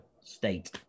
state